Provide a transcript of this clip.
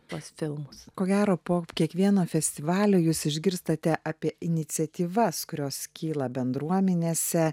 tuos filmus ko gero po kiekvieno festivalio jūs išgirstate apie iniciatyvas kurios kyla bendruomenėse